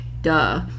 Duh